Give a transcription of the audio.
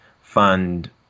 fund